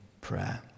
prayer